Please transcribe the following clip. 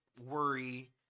worry